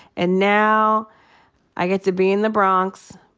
and now i get to be in the bronx,